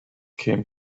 came